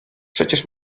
przecież